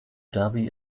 dhabi